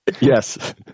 Yes